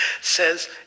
says